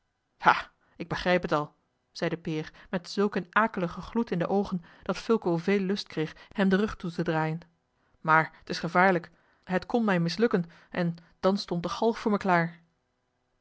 ha ik begrijp het al zeide peer met zulk een akeligen gloed in de oogen dat fulco veel lust kreeg hem den rug toe te draaien maar t is gevaarlijk het kon mij mislukken en dan stond de galg voor mij klaar